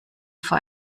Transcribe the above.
vor